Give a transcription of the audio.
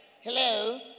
Hello